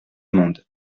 monde